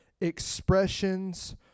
Expressions